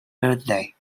birthday